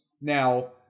Now